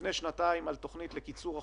לפני שנתיים על תכנית לקיצור החופשים,